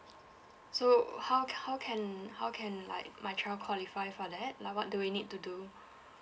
so how c~ how can how can like my child qualify for that like what do we need to do